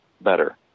better